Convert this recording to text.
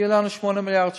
יהיו לנו 8 מיליארד שקל,